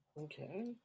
Okay